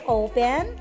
open